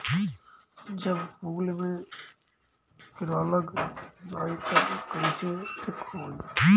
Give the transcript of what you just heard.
जब फूल मे किरा लग जाई त कइसे ठिक होई?